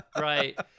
Right